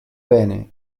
bene